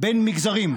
בין מגזרים.